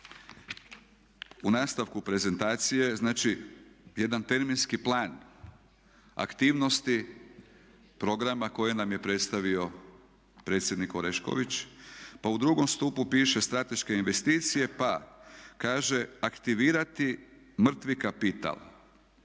u nastavku prezentacije znači jedan terminski plan aktivnosti programa koje nam je predstavio predsjednik Orešković pa u drugom stupu piše strateške investicije pa kaže aktivirati mrtvi kapital,